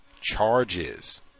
charges